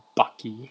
bucky